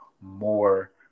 more